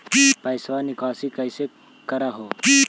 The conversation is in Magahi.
पैसवा निकासी कैसे कर हो?